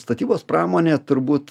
statybos pramonė turbūt